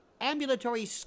ambulatory